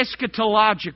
eschatological